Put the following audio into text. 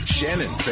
Shannon